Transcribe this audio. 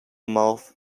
mouth